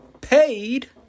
paid